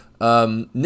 Nick